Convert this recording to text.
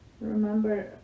Remember